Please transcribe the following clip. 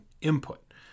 input